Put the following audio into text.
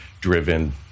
driven